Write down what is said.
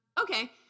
Okay